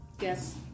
Yes